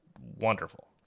Wonderful